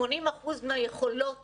30% מהיכולות